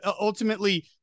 ultimately